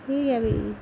ठीक ऐ भी